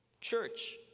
Church